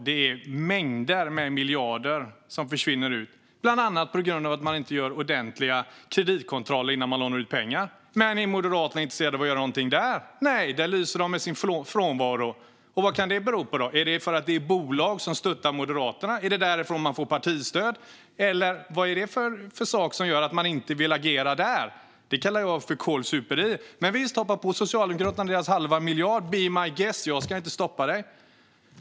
Det är mängder av miljarder som försvinner, bland annat på grund av att de inte gör ordentliga kreditkontroller innan de lånar ut pengar. Men är Moderaterna intresserade av att göra något där? Nej, där lyser de med sin frånvaro. Vad kan det bero på? Är det för att det är bolag som stöttar Moderaterna? Är det därifrån man får partistöd? Vad är det för sak som gör att man inte vill agera där? Det kallar jag för kålsuperi. Visst! Hoppa på Socialdemokraterna och deras halva miljard. Be my guest! Jag ska inte stoppa dig.